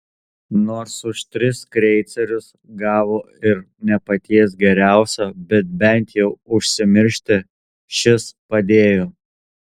nors už tris kreicerius gavo ir ne paties geriausio bet bent jau užsimiršti šis padėjo